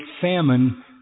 famine